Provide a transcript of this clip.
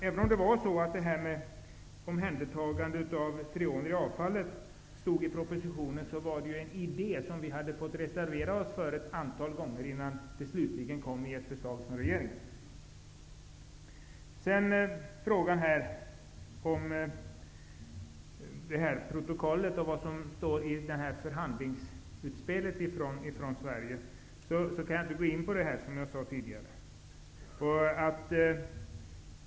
Även om omhändertagande av freoner i avfallet nämndes i propositionen, var det en idé som vi fått reservera oss för ett antal gånger innan den slutligen kom i ett förslag från den socialdemokratiska regeringen. Frågan om protokollet och vad som står i förhandlingsutspelet från Sverige kan jag, som jag sade tidigare, inte gå in på.